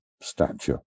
stature